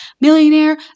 millionaire